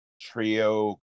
trio